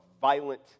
violent